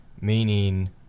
meaning